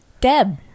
Deb